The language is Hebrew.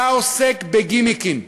אתה עוסק בגימיקים,